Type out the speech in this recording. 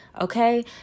okay